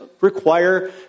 require